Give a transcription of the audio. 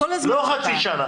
לא חצי שנה.